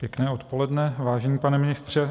Pěkné odpoledne, vážený pane ministře.